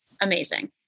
amazing